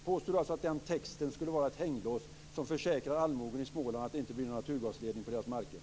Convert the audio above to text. Påstår Harald Bergström att den texten skulle vara ett hänglås som försäkrar allmogen i Småland att det inte blir en naturgasledning på deras marker?